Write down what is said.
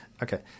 Okay